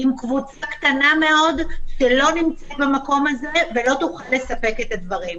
עם קבוצה קטנה מאוד זה לא נמצא במקום הזה והיא לא תוכל לספק את הדברים.